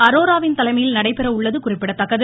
அரோராவின் தலைமையில் நடைபெறவுள்ளது குறிப்பிடத்தக்கது